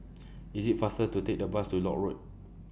IS IT faster to Take The Bus to Lock Road